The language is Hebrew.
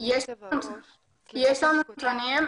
יש לנו נתונים,